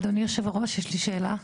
אדוני היו"ר, יש לי שאלה.